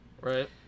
right